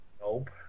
Nope